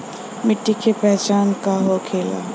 मिट्टी के पहचान का होखे ला?